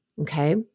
okay